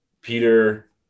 Peter